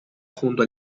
junto